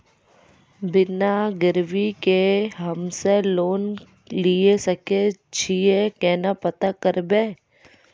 बिना गिरवी के हम्मय लोन लिये सके छियै केना पता करबै?